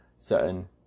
certain